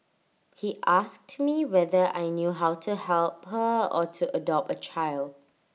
he asked me whether I knew how to help her or to adopt A child